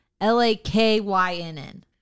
L-A-K-Y-N-N